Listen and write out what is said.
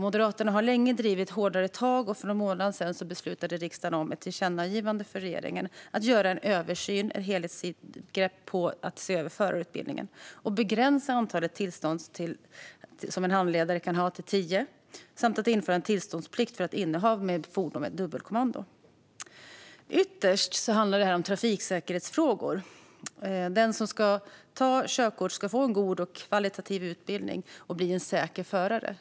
Moderaterna har länge drivit att det ska vara hårdare tag. För någon månad sedan beslutade riksdagen om ett tillkännagivande till regeringen om att göra en översyn av och ta ett helhetsgrepp om förarutbildningen, att begränsa antalet tillstånd en handledare kan ha till tio samt att införa tillståndsplikt för innehav av fordon med dubbelkommando. Ytterst handlar det här om trafiksäkerhetsfrågor. Den som ska ta körkort ska få en god och högkvalitativ utbildning och bli en säker förare.